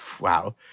Wow